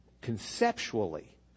conceptually